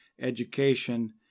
education